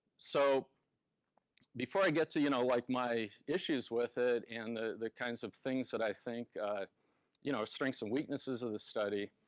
so before i get to you know like my issues with it and the the kinds of things that i think you know are strengths and weaknesses of the study,